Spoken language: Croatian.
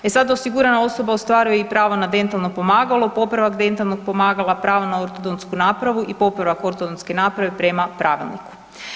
E sad osigurana osoba ostvaruje pravo i na dentalno pomagalo, popravak dentalnog pomagala, pravo na ortodonsku napravu i popravak ortonske naprave prama pravilniku.